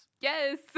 yes